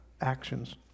actions